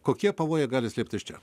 kokie pavojai gali slėptis čia